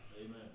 Amen